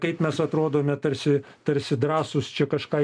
kaip mes atrodome tarsi tarsi drąsūs čia kažką